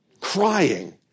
crying